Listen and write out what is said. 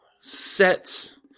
sets